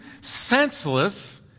senseless